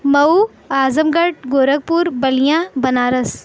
Mau Azamgarh Gorakhpur Ballia Banaras